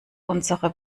unsere